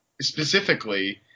specifically